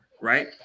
Right